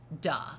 Duh